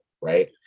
right